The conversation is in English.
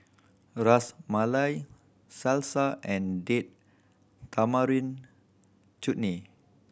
Ras Malai Salsa and Date Tamarind Chutney